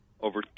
over